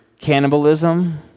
cannibalism